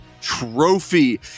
trophy